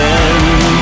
end